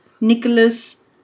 Nicholas